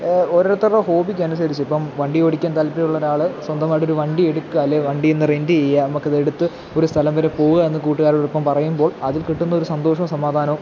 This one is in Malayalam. ഓരോരുത്തരുടെ ഹോബിക്കനുസരിച്ചിപ്പം വണ്ടിയോടിക്കാൻ താത്പര്യമുള്ളൊരാൾ സ്വന്തമായിട്ടൊരു വണ്ടി എടുക്കുക അല്ലേ വണ്ടിയെന്നു റെൻറ്റ് ചെയ്യുക നമുക്കിതെടുത്ത് ഒരു സ്ഥലം വരെ പോകാമെന്നു കൂട്ടുകാരോടിപ്പം പറയുമ്പോൾ അതിൽ കിട്ടുന്നൊരു സന്തോഷവും സമാധാനവും